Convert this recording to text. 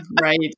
Right